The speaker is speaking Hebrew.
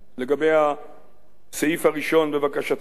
לגבי הסעיף הראשון בבקשתך: